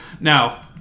Now